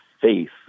faith